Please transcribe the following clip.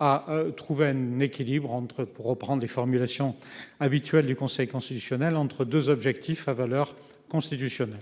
À trouver un équilibre entre pour reprendre les formulations habituelles du Conseil constitutionnel entre 2 objectifs à valeur constitutionnelle,